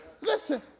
Listen